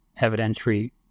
evidentiary